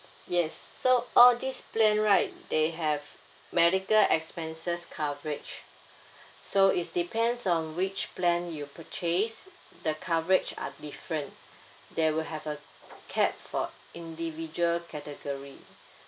yes so all this plan right they have medical expenses coverage so is depends on which plan you purchased the coverage are different there will have A capped for individual category